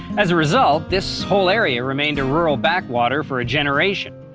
as a result, this whole area remained a rural backwater for a generation,